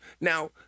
now